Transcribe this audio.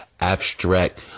abstract